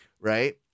Right